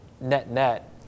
net-net